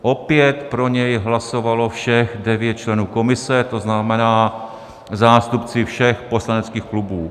Opět pro něj hlasovalo všech devět členů komise, to znamená zástupci všech poslaneckých klubů.